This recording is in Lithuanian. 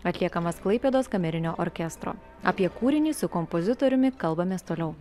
atliekamas klaipėdos kamerinio orkestro apie kūrinį su kompozitoriumi kalbamės toliau